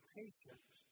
patience